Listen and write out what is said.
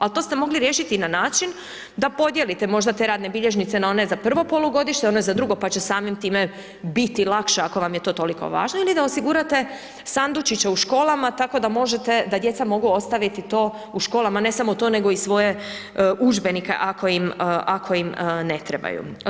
Ali to ste mogli riješiti na način, da podijelite te radne bilježnice, na one za prvo polugodište, one za drugo, pa će samim time biti lakše, ako vam je to toliko važno ili da osigurate sandučiće u školama tako da možete da djeca mogu ostaviti to u školama, ne samo to, nego i svoje udžbenike ako im ne trebaju.